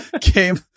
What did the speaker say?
Came